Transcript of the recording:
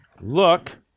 Look